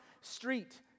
street